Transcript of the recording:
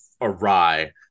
awry